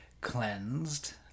cleansed